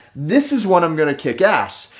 this is what i'm going to kick ass.